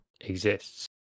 exists